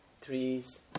trees